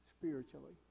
spiritually